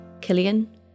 Killian